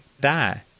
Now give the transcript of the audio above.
die